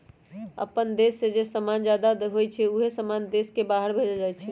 अप्पन देश में जे समान जादा होई छई उहे समान देश के बाहर भेजल जाई छई